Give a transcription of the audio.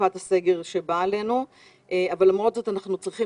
בתקופת הסגר שבאה עלינו אבל למרות זאת אנחנו צריכים